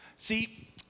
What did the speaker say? See